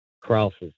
crosses